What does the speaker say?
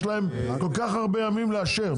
יש להם כל כך הרבה ימים לאשר,